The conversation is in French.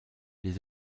les